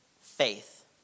Faith